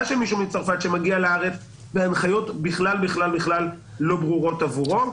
של מישהו מצרפת שמגיע לארץ וההנחיות בכלל בכלל לא ברורות עבורו,